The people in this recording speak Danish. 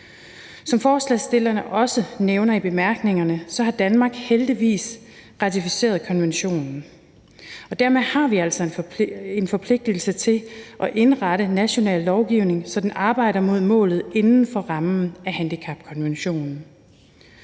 Som forslagsstillerne også nævner i bemærkningerne, har Danmark heldigvis ratificeret konventionen, og dermed har vi altså en forpligtelse til at indrette national lovgivning, så den arbejder mod målet inden for rammen af handicapkonventionen.